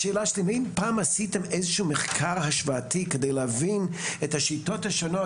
האם אי פעם עשיתם איזשהו מחקר השוואתי כדי להבין את השיטות השונות?